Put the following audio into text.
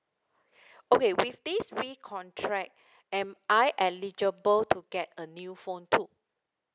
okay with this recontract am I eligible to get a new phone too